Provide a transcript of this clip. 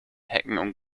hecken